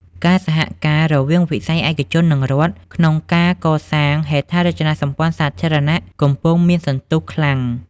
ការសហការរវាង វិស័យឯកជន និងរដ្ឋ ក្នុងការកសាងហេដ្ឋារចនាសម្ព័ន្ធសាធារណៈ កំពុងមានសន្ទុះខ្លាំង។